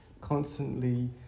constantly